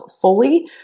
fully